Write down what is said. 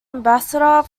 ambassador